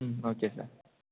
ம் okay sir